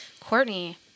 Courtney